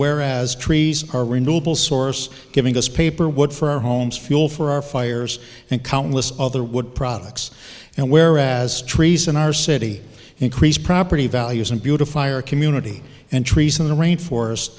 whereas trees are renewable source giving us paper wood for our homes fuel for our fires and countless other wood products and where as trees in our city increase property values and beautifier community and trees in the rain forest